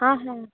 હા હા